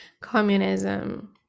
communism